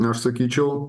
aš sakyčiau